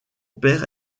père